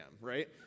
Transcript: right